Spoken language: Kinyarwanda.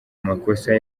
amakosa